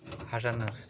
Hasannan